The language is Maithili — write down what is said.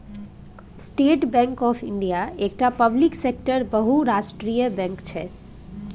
स्टेट बैंक आँफ इंडिया एकटा पब्लिक सेक्टरक बहुराष्ट्रीय बैंक छै